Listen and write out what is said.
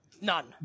None